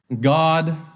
God